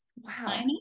Wow